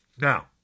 Now